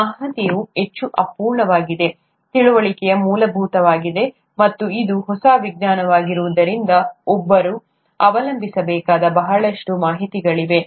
ಮಾಹಿತಿಯು ಹೆಚ್ಚು ಅಪೂರ್ಣವಾಗಿದೆ ತಿಳುವಳಿಕೆಯು ಮೂಲಭೂತವಾಗಿದೆ ಮತ್ತು ಇದು ಹೊಸ ವಿಜ್ಞಾನವಾಗಿರುವುದರಿಂದ ಒಬ್ಬರು ಅವಲಂಬಿಸಬೇಕಾದ ಬಹಳಷ್ಟು ಮಾಹಿತಿಗಳಿವೆ